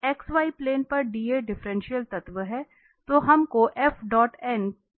xy plane पर dA differential तत्व है